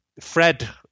Fred